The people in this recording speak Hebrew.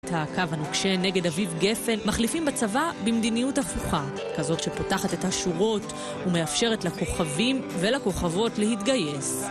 את הקו הנוקשה נגד אביב גפן מחליפים בצבא במדיניות הפוכה כזאת שפותחת את השורות ומאפשרת לכוכבים ולכוכבות להתגייס